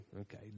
okay